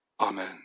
Amen